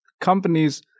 companies